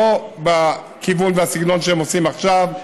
לא בכיוון ובסגנון שהם עושים עכשיו,